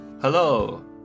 Hello